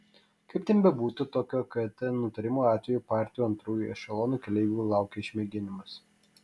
kaip ten bebūtų tokio kt nutarimo atveju partijų antrųjų ešelonų keleivių laukia išmėginimas